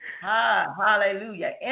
Hallelujah